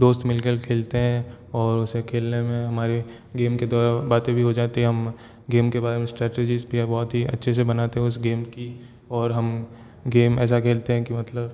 दोस्त मिलकर खेलते हैं और उसे खेलने में हमारे गेम के दौरान बातें भी हो जाती हैं हम गेम के बारे में स्ट्रैटेजीज भी बहुत ही अच्छे से बनाते हैं उस गेम की और हम गेम ऐसा खेलते हैं कि मतलब